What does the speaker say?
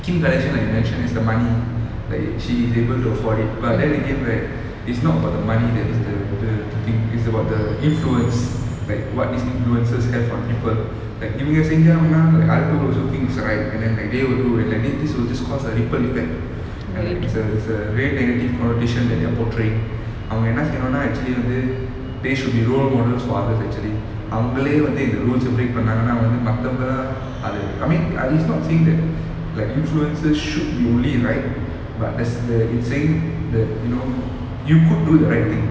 kim kardashian like you mention has the money like she is able to afford it but then again right it's not about the money that is the the the thing is about the influence like what these influencers have on people like இவங்க செஞ்சாங்கன்னா:ivanga senjanganna other people also thing it's a right and then like they will do and like thi~ this will just cause a ripple effect and like it's a it's a very negative connotation that they're portraying அவங்க என்ன செய்யணும்னா:avanga enna seiyanumna actually வந்து:vanthu they should be role models for others actually அவங்களே வந்துஇந்த rules லாம் break பண்ணாங்கண்ணா மத்தவங்கலாம்:avangale vvanthu intha rulesley lam breakum pannanganna mathavangalam I mean I it's not saying that like influencers should be only in right but there's the it's saying the you know you could do the right thing